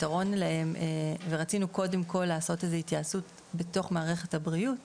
פתרון ורצינו קודם כל לעשות איזו התייעצות בתוך מערכת הבריאות